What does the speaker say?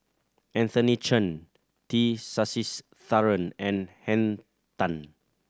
Anthony Chen T Sasitharan and Henn Tan